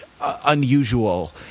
Unusual